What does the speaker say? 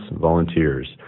volunteers